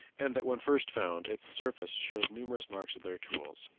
and that when first found its surface showed numerous marks of their tools.